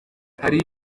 hari